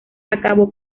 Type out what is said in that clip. acabó